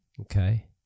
okay